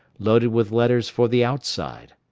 loaded with letters for the outside.